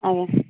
ଆଜ୍ଞା